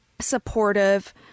supportive